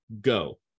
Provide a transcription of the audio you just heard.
Go